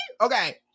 Okay